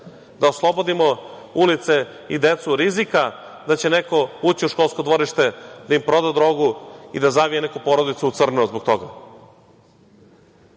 da oslobodimo ulice i decu rizika da će neko ući u školsko dvorište, da im proda drogu i da zavije neku porodicu u crno zbog toga.Za